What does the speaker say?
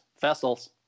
vessels